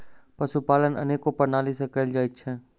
पशुपालन अनेको प्रणाली सॅ कयल जाइत छै